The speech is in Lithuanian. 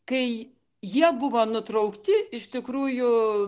kai jie buvo nutraukti iš tikrųjų